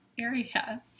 area